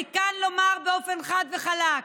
אני כאן לומר באופן חד וחלק: